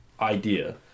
idea